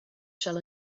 shall